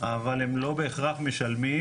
אבל הם לא בהכרח משלמים,